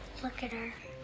look at her.